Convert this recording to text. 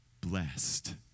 Blessed